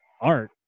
art